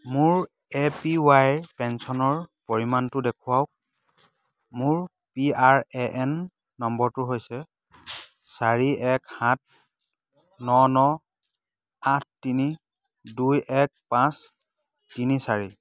মোৰ A P ৱাইৰ পেঞ্চনৰ পৰিমাণটো দেখুৱাওক মোৰ পি আৰ এ এন নম্বৰটো হৈছে চাৰি এক সাত ন ন আঠ তিনি দুই এক পাঁচ তিনি চাৰি